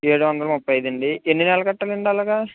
ఏడు వందల ముప్పై ఐదు అండి ఎన్ని నెలలు కట్టాలి అండి అలాగ